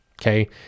okay